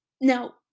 Now